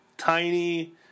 Tiny